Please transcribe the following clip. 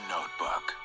Notebook